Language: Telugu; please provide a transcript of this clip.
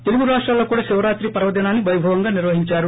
తెలుగు రాష్టాల్లో కూడా శివరాత్రి పర్వదినాన్ని పైభవంగా నిర్వహిందారు